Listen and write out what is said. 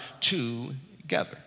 together